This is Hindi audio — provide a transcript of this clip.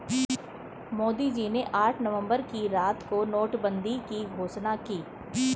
मोदी जी ने आठ नवंबर की रात को नोटबंदी की घोषणा की